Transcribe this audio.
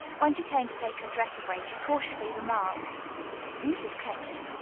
when she came to take her dress away, she cautiously remarked mrs. keckley,